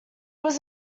was